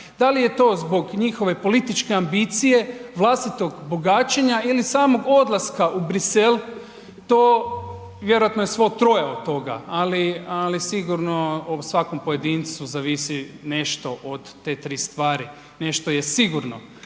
Da li je to zbog njihove političke ambicije, vlastitog bogaćenja ili samog odlaska u Brisel, to vjerojatno je svo troje od toga, ali, ali sigurno o svakom pojedincu zavisi nešto od te 3 stvari, nešto je sigurno,